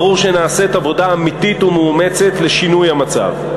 ברור שנעשית עבודה אמיתית ומאומצת לשינוי המצב.